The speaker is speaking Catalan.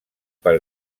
per